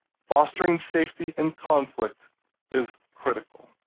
fostering safety in conflict is critical.